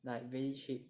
like really cheap